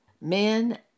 men